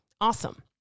Awesome